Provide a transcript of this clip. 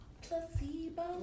placebo